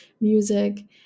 music